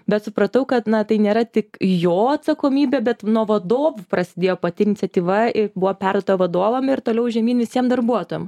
bet supratau kad na tai nėra tik jo atsakomybė bet nuo vadovų prasidėjo pati iniciatyva ir buvo perduota vadovam ir toliau žemyn visiem darbuotojam